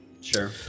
Sure